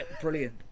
brilliant